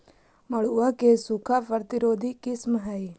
मड़ुआ के सूखा प्रतिरोधी किस्म हई?